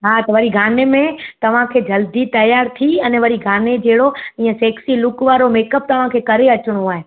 हा त वरी गाने में तव्हांखे जल्दी तियारु थी अने वरी गाने जहिड़ो ईअं सैक्सी लुक वारो मेकअप तव्हांखे करे अचिणो आहे